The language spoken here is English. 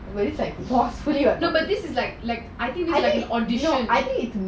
where it's like forcefully I think no I think